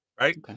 right